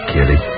Kitty